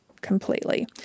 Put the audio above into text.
completely